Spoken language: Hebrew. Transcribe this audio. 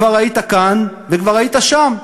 כבר היית כאן וכבר היית שם.